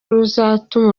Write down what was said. ruzatuma